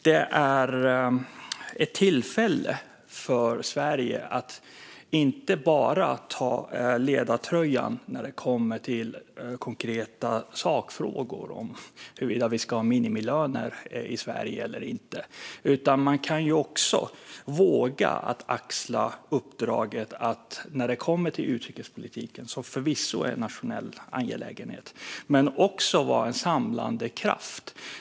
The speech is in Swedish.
Det är ett tillfälle för Sverige att inte bara ta ledartröjan när det kommer till konkreta sakfrågor som huruvida vi ska ha minimilöner i Sverige eller inte. Man kan också när det kommer till utrikespolitiken, som förvisso är en nationell angelägenhet, våga axla uppdraget att vara en samlande kraft.